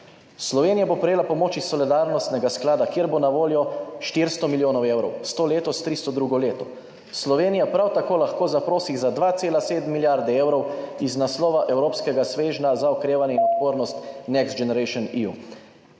Slovenija bo prejela pomoč iz solidarnostnega sklada, kjer bo na voljo 400 milijonov evrov, 100 letos, 300 drugo leto. Slovenija prav tako lahko zaprosi za 2,7 milijarde evrov iz naslova evropskega svežnja za okrevanje in odpornost Next Generation EU,